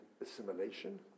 assimilation